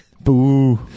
Boo